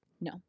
no